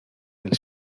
del